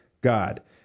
God